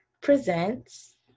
Presents